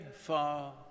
far